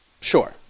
Sure